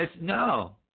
No